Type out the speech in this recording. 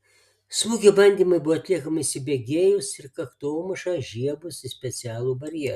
smūgio bandymai buvo atliekami įsibėgėjus ir kaktomuša žiebus į specialų barjerą